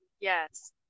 Yes